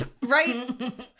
Right